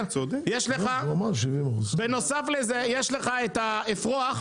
יש לך את האפרוח,